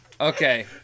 Okay